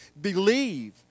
Believe